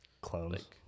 Clones